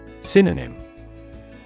Synonym